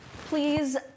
please